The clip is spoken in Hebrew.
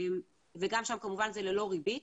וגם שם כמובן זה ללא ריבית.